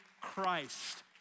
Christ